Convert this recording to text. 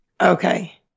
okay